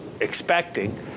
expecting